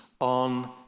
on